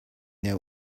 der